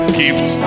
gift